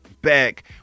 back